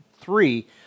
Three